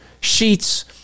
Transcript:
sheets